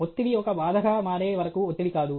ఒత్తిడి ఒక బాధగా మారే వరకు ఒత్తిడి కాదు